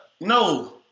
No